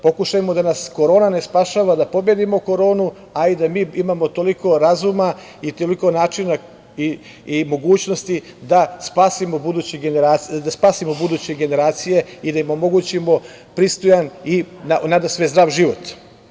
Pokušajmo da nas korona ne spašava, da pobedimo koronu, a i da mi imamo toliko razuma i toliko načina i mogućnosti da spasimo buduće generacije i da im omogućimo pristojan i nadasve zdrav život.